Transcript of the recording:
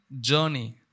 journey